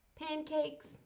pancakes